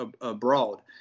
abroad